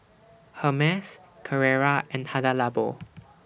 Hermes Carrera and Hada Labo